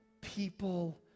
people